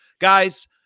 Guys